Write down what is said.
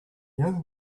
young